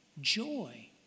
joy